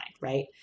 right